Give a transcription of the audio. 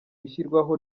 ishyirwaho